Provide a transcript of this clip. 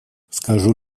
скажу